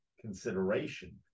consideration